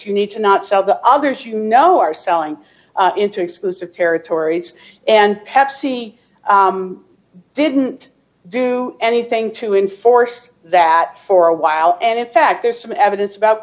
you need to not sell to others you know are selling into exclusive territories and pepsi didn't do anything to enforce that for a while and in fact there's some evidence about